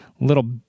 Little